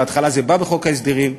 בהתחלה זה בא בחוק ההסדרים,